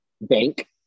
Bank